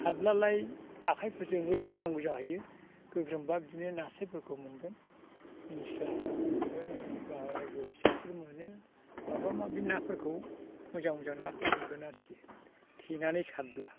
सारब्लालाय आखाइफोरजों गोग्रोमनांगौ जाहैयो गोग्रोमबा बिदिनो नास्रायफोरखौ मोनगोन निस्लाफोरखौ मोनगोन बा बोथियाफोर मोनो माबा माबि नाफोरखौ मोजां मोजां नाखौ मोनगोन आरोखि थेनानै सारोब्ला